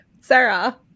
sarah